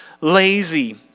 lazy